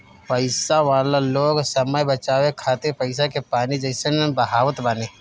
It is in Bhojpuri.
पईसा वाला लोग समय बचावे खातिर पईसा के पानी जइसन बहावत बाने